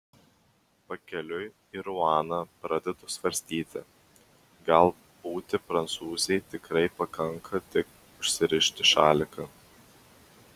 pakeliui į ruaną pradedu svarstyti gal būti prancūzei tikrai pakanka tik užsirišti šaliką